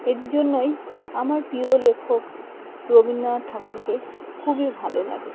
এর জন্যই আমার প্রিয় লেখক রবীন্দ্রনাথ ঠাকুরকে খুবই ভালো লাগে